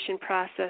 process